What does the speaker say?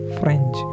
french